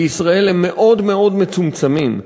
בישראל הם מאוד מאוד מצומצמים.